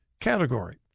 category